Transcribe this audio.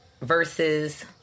versus